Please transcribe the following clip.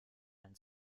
ein